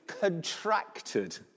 contracted